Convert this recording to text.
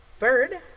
bird